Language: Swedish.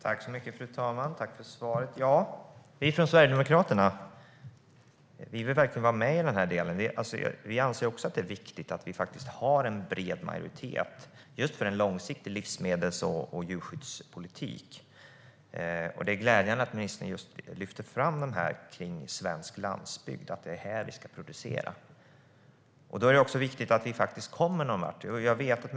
Fru talman! Vi i Sverigedemokraterna vill verkligen vara med på detta. Vi anser också att det är viktigt att vi faktiskt har en bred majoritet just för en långsiktig livsmedels och djurskyddspolitik. Det är glädjande att ministern just lyfter fram svensk landsbygd och att det är här vi ska producera. Då är det också viktigt att vi faktiskt kommer någon vart.